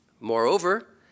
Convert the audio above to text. Moreover